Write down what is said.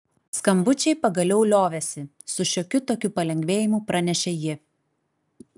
skambučiai pagaliau liovėsi su šiokiu tokiu palengvėjimu pranešė ji